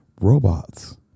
Robots